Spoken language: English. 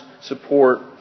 support